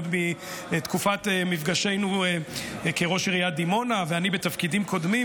עוד מתקופת מפגשנו כראש עיריית דימונה ואני בתפקידים קודמים,